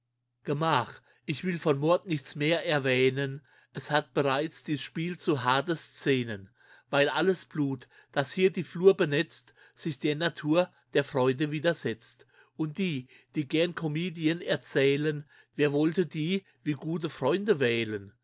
gemach ich will von mord nichts mehr erwähnen es hat bereits dies spiel zu harte szenen weil alles blut was hier die flur benetzt sich der natur der freude widersetzt und die die gern comedien erzählen wer wollte die wie gute freunde wählen